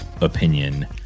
Opinion